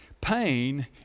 Pain